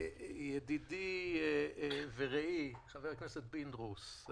ידידי ורעי חבר הכנסת פינדרוס,